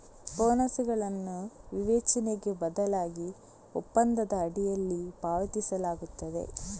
ಬೋನಸುಗಳನ್ನು ವಿವೇಚನೆಗೆ ಬದಲಾಗಿ ಒಪ್ಪಂದದ ಅಡಿಯಲ್ಲಿ ಪಾವತಿಸಲಾಗುತ್ತದೆ